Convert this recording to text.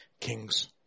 king's